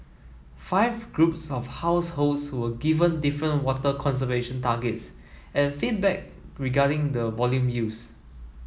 five groups of households were given different water conservation targets and feedback regarding the volume used